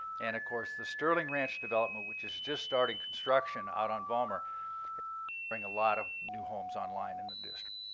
and of course, the sterling ranch development, which is just starting construction out on vollmer, it'll bring a lot of new homes online in the district.